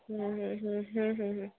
হুম হুম হুম হুম হুম হুম